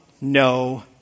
no